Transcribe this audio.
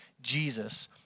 Jesus